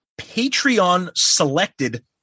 Patreon-selected